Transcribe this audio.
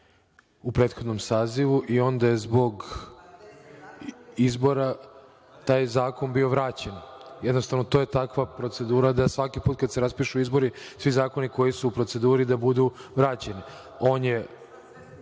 u prethodnom sazivu i onda je zbog izbora taj zakon bio vraćen. Jednostavno to je takva procedura da svaki put kada se raspišu izbori svi zakoni koji su u proceduri se vrate. Samo